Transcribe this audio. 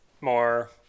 more